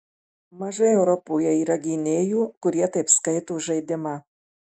mažai europoje yra gynėjų kurie taip skaito žaidimą